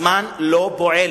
הזמן לא פועל,